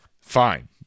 fine